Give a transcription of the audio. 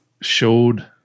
showed